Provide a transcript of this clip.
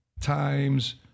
times